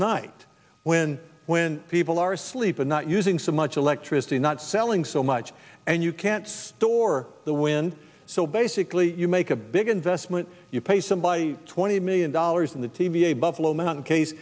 night when when people are asleep and not using so much electricity not selling so much and you can't store the wind so basically you make a big investment you pay somebody twenty million dollars in the t v a buffalo man case